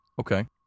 Okay